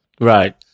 Right